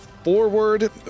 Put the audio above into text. forward